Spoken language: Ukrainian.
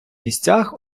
місцях